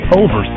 over